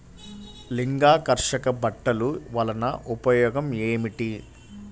లింగాకర్షక బుట్టలు వలన ఉపయోగం ఏమిటి?